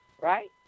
right